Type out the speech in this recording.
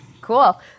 Cool